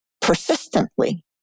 persistently